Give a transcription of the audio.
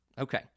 Okay